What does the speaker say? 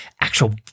actual